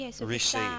Receive